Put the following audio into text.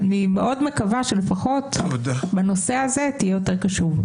אני מאוד מקווה שלפחות בנושא הזה תהיה יותר קשוב.